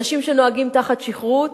אנשים שנוהגים תחת שכרות,